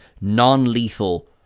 non-lethal